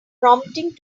prompting